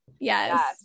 Yes